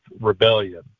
rebellion